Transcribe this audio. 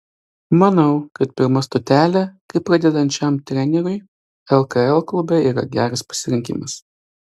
manau kad pirma stotelė kaip pradedančiam treneriui lkl klube yra geras pasirinkimas